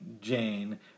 Jane